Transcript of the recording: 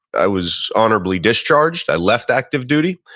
i was honorably discharged. i left active duty.